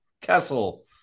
Kessel